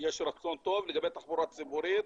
יש רצון טוב, לגבי תחבורה ציבורית.